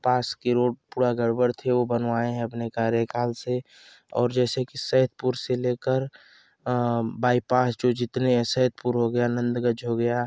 पास की रोड थोड़ा गड़बड़ थी वो बनवाए हैं अपने कार्यकाल से और जैसे कि सैदपुर से लेकर बाईपास जो जितने हैं सैदपुर हो गया नंदगंज हो गया